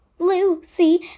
Lucy